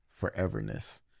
foreverness